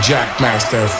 Jackmaster